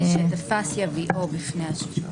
"שתפס, יביאו בפני השופט".